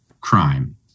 crime